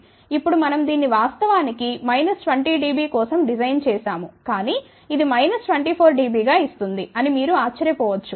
ఇప్పుడు మనం దీన్ని వాస్తవానికి మైనస్ 20 డిబి కోసం డిజైన్ చేశాము కానీ ఇది మైనస్ 24 డిబి గా ఇస్తుంది అని మీరు ఆశ్చర్యపో వచ్చు